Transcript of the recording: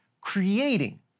creating